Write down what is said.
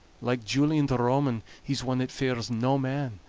like julian the roman, he's one that fears no man,